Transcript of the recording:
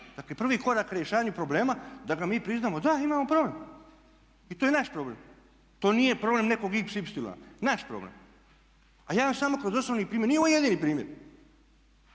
Dakle, prvi korak rješavanju problema da ga mi priznamo. Da, imamo problem i to je naš problem. To nije problem nekog x, y, naš problem. A ja vam samo kroz osobni primjer, nije ovo jedini primjer,